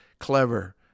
clever